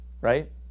right